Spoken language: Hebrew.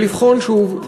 ולבחון שוב,